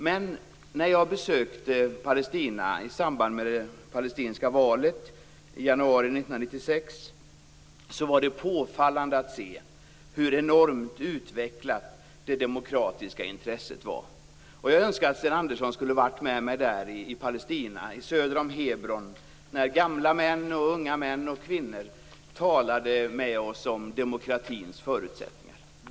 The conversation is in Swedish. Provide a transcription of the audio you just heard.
Men när jag besökte Palestina i samband med det palestinska valet i januari 1996 var det påfallande att se hur enormt utvecklat det demokratiska intresset var. Jag önskar att Sten Andersson hade varit med mig i Palestina söder om Hebron när gamla och unga män och kvinnor talade med oss om demokratins förutsättningar.